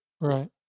right